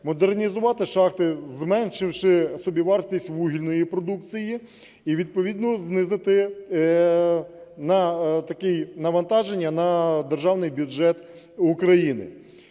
модернізувати шахти, зменшивши собівартість вугільної продукції, і відповідно знизити таке навантаження на державний бюджет України.